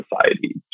society